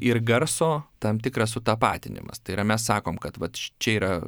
ir garso tam tikras sutapatinimas tai yra mes sakom kad vat čia yra